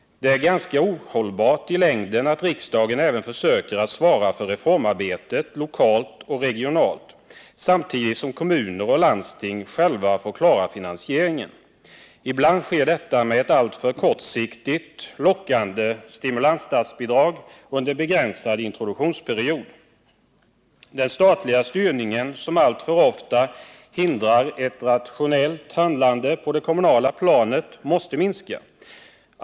Det är ganska ohållbart i längden att riksdagen även försöker att svara för reformarbetet lokalt och regionalt, samtidigt som kommuner och landsting själva får klara finansieringen. Ibland sker detta med ett alltför kortsiktigt lockande ”stimulansstatsbidrag” under en begränsad introduktionsperiod. Den statliga styrningen som alltför ofta hindrar ett rationellt handlande på det kommunala planet måste minska.